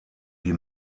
die